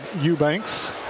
Eubanks